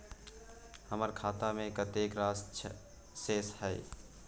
हमर खाता में कतेक राशि शेस छै?